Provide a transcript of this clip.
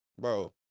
Bro